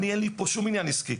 שום עניין עסקי.